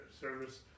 service